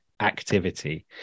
activity